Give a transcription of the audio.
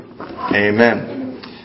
Amen